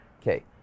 Okay